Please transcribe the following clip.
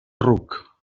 ruc